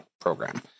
program